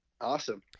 awesome